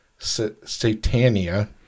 Satania